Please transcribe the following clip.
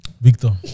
Victor